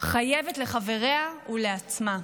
חייבת לחבריה ולעצמה.